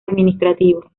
administrativo